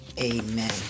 Amen